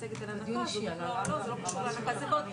לעניין תקנות הקורונה: